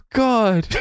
god